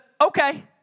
okay